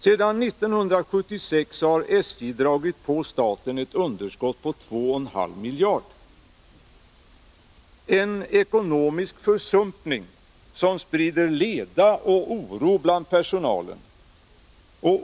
Sedan 1976 har SJ dragit på staten ett underskott på 2,5 miljarder, en ekonomisk försumpning som sprider leda och oro bland personalen.